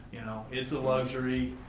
it's a luxury.